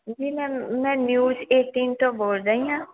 ਜੀ ਮੈਂ ਮੈਂ ਨਿਊਜ਼ ਏਟੀਨ ਤੋਂ ਬੋਲ ਰਹੀ ਹਾਂ